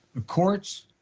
ah courts,